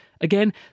Again